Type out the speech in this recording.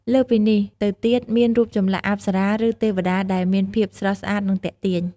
លើសពីនេះ ទៅទៀតមានរូបចម្លាក់អប្សរា ឬទេវតាដែលមានភាពស្រស់ស្អាត និងទាក់ទាញ។